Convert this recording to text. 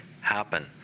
happen